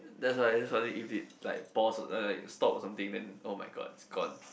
that's why that's why is it like pause or stop or something oh my god it's gone